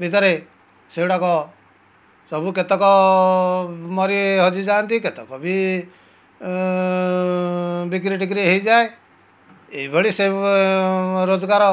ଭିତରେ ସେଗୁଡ଼ାକ ସବୁ କେତେକ ମରି ହଜି ଯାଆନ୍ତି କେତେକ ବି ବିକ୍ରିଟିକ୍ରି ହୋଇଯାଏ ଏଇଭଳି ସେବ ରୋଜଗାର